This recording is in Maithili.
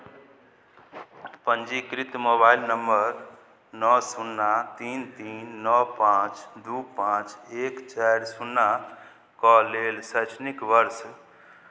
पञ्जीकृत मोबाइल नम्बर नओ शुन्ना तीन तीन नओ पाँच दू पाँच एक चारि शुन्नाके लेल शैक्षणिक वर्ष